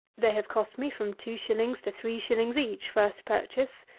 they have cost me from two shillings to three shillings each, first purchase.